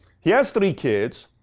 he has three kids.